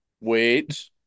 Wait